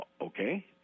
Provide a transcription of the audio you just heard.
okay